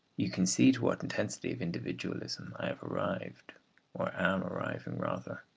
you can see to what intensity of individualism i have arrived or am arriving rather,